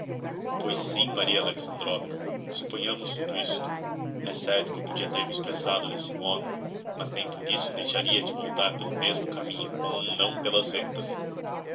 pois sim maria alexandrovna supponhamos tudo isso é certo que eu podia ter me expressado d'esse modo mas nem por isso deixaria de voltar pelo mesmo caminho com um não pelas ventas